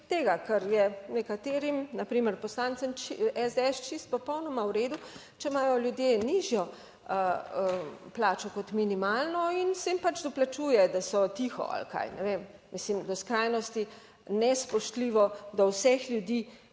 tega, ker je nekaterim, na primer poslancem SDS čisto popolnoma v redu, če imajo ljudje nižjo plačo kot minimalno in se jim pač doplačuje, da so tiho ali kaj, ne vem. Mislim, do skrajnosti nespoštljivo do vseh ljudi,